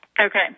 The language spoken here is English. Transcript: Okay